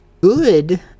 good